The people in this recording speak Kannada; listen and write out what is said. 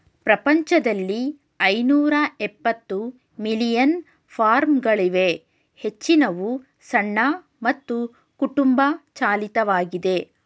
ಪ್ರಪಂಚದಲ್ಲಿ ಐನೂರಎಪ್ಪತ್ತು ಮಿಲಿಯನ್ ಫಾರ್ಮ್ಗಳಿವೆ ಹೆಚ್ಚಿನವು ಸಣ್ಣ ಮತ್ತು ಕುಟುಂಬ ಚಾಲಿತವಾಗಿದೆ